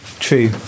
True